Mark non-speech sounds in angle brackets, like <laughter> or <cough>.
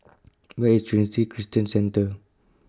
<noise> Where IS Trinity Christian Center